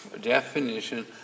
definition